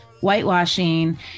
whitewashing